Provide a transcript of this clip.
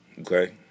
okay